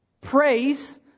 Praise